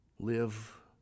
live